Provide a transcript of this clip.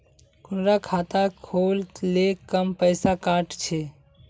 कुंडा खाता खोल ले कम पैसा काट छे?